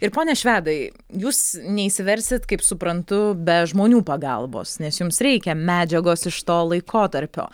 ir pone švedai jūs neišsiversit kaip suprantu be žmonių pagalbos nes jums reikia medžiagos iš to laikotarpio